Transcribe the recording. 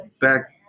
back